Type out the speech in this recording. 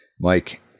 Mike